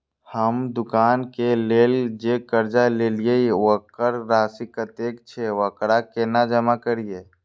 हम दुकान के लेल जे कर्जा लेलिए वकर राशि कतेक छे वकरा केना जमा करिए?